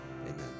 amen